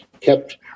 kept